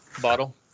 bottle